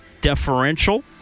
deferential